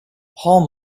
palm